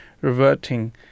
reverting